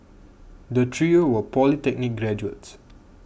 the trio were polytechnic graduates